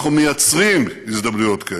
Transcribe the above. אנחנו יוצרים הזדמנויות כאלה,